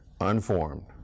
unformed